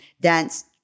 dance